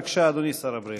בבקשה, אדוני שר הבריאות.